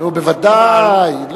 בוודאי.